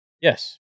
Yes